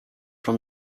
from